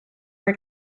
were